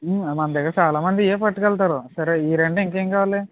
మన దగ్గర చాలామంది ఇవే పట్టుకెళ్తారు సరే ఈ రెండు ఇంకేం కావాలి